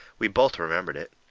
we both remembered it.